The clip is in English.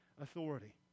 authority